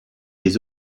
les